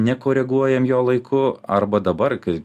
nekoreguojam jo laiku arba dabar kai